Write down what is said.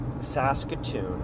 Saskatoon